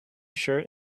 shirt